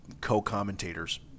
co-commentators